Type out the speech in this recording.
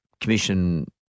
commission